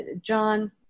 John